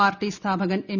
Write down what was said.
party സ്ഥാപകൻ M